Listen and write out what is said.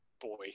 boy